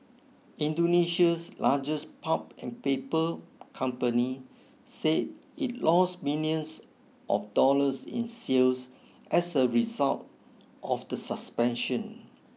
Indonesia's largest pulp and paper company said it lost millions of dollars in sales as a result of the suspension